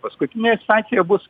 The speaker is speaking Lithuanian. paskutinė instancija bus